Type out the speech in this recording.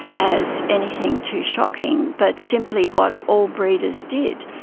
as anything too shocking, but simply what all breeders did.